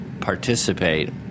participate